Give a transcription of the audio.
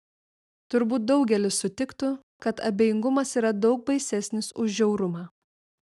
turbūt daugelis sutiktų kad abejingumas yra daug baisesnis už žiaurumą